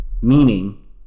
Meaning